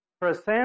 present